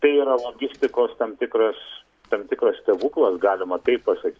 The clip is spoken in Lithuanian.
tai yra logistikos tam tikras tam tikras stebuklas galima taip pasa